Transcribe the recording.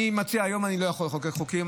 אני מציע, היום אני לא יכול לחוקק חוקים.